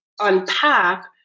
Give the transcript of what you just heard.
unpack